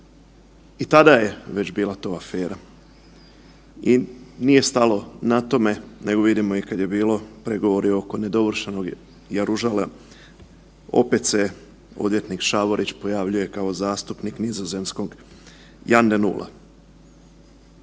I tada je već bila to afera. I nije stalo na tome nego vidimo i kad je bilo pregovori oko nedovršenog jaružala opet se odvjetnik Šavorić pojavljuje kao zastupnik nizozemskog Jan De Nul,